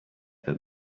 that